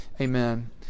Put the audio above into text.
amen